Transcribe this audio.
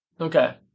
Okay